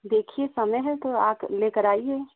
देखिए समय है तो आकर लेकर आइए